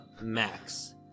Max